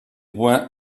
points